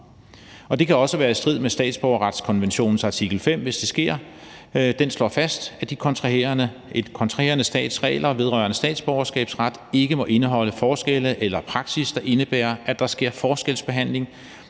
det sker, være i strid med statsborgerretskonventionens artikel 5, som slår fast, at en kontraherende stats regler vedrørende statsborgerskabsret ikke må indeholde forskelle eller praksis, der indebærer, at der sker forskelsbehandling